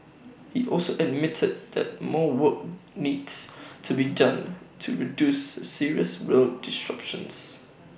he also admitted that more work needs to be done to reduce serious rail disruptions